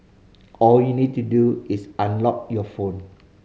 all you'll need to do is unlock your phone